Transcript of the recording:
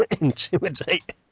Intimidate